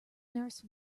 nurse